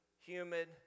humid